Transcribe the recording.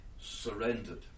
surrendered